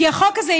כי החוק הזה,